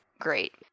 Great